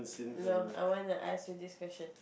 no I want to ask you this question